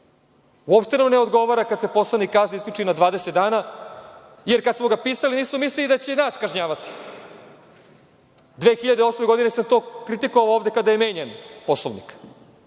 Uopšte nam ne odgovara kada se poslanik kazni, isključi na 20 dana, jer kada smo ga pisali nismo mislili da će i nas kažnjavati. Godine 2008. sam to kritikovao ovde kada je menjan Poslovnik,